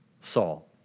Saul